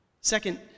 Second